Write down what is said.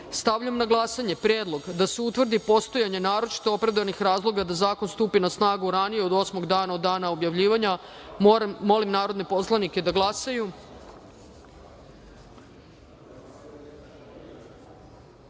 na glasanje predlog da se utvrdi postojanje naročito opravdanih razloga da zakon stupi na snagu ranije od osmog dana od dana objavljivanja. Molim narodne poslanike da